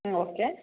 ಹ್ಞೂ ಓಕೆ